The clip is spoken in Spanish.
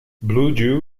blue